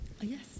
Yes